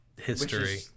history